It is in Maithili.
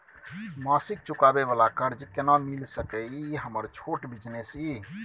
मासिक चुकाबै वाला कर्ज केना मिल सकै इ हमर छोट बिजनेस इ?